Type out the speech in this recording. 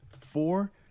Four